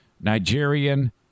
Nigerian